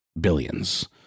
billions